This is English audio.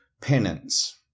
penance